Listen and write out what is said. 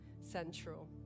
central